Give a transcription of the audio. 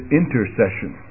intercession